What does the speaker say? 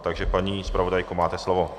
Takže paní zpravodajko, máte slovo.